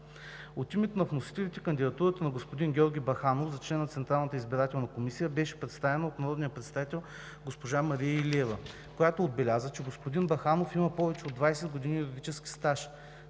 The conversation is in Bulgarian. От името на вносителите кандидатурата на господин Георги Баханов за член на Централната избирателна комисия беше представена от народния представител госпожа Мария Илиева, която отбеляза, че господин Баханов има повече от 20 години юридически стаж.